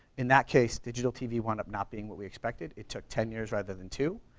in that case, digital tv wound up not being what we expected, it took ten years rather than two.